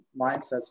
mindsets